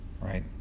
right